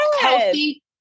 healthy